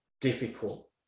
difficult